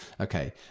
Okay